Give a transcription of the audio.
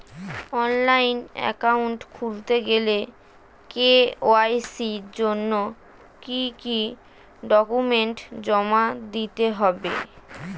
Online account খুলতে গেলে KYC জন্য কি কি ডকুমেন্ট জমা দিতে হবে?